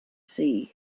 sea